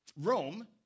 Rome